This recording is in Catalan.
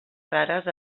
rares